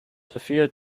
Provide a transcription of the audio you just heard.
sofia